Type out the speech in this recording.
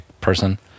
person